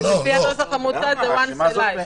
לפי הנוסח המוצע זה פעם אחת.